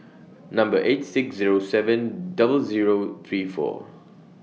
Number eight six Zero seven double Zero three four